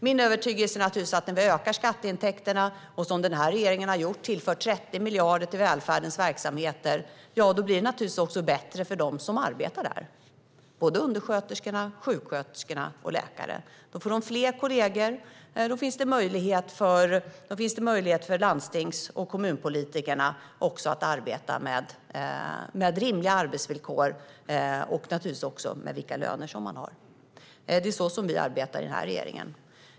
Min övertygelse är naturligtvis att när vi ökar skatteintäkterna och, som den här regeringen, tillför 30 miljarder till välfärdens verksamheter blir det också bättre för dem som arbetar där, för undersköterskor, sjuksköterskor och läkare. Då får de fler kollegor, och det finns möjlighet för landstings och kommunpolitikerna att arbeta för deras arbetsvillkor och löner. Så arbetar vi i den här regeringen.